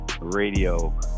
radio